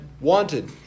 Wanted